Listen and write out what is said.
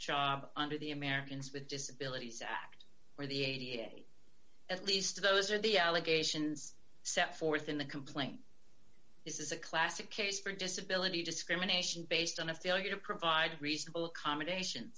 job under the americans with disabilities act or the at least those are the allegations set forth in the complaint this is a classic case for disability discrimination based on a failure to provide reasonable accommodation